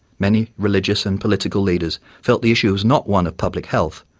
many religious and political leaders felt the issue was not one of public health,